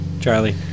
Charlie